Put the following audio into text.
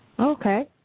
Okay